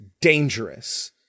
dangerous